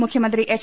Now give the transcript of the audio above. മുഖ്യമന്ത്രി എച്ച്